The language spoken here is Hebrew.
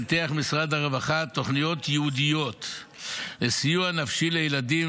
פיתח משרד הרווחה תוכניות ייעודיות לסיוע נפשי לילדים,